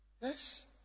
Yes